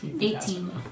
Eighteen